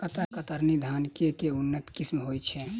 कतरनी धान केँ के उन्नत किसिम होइ छैय?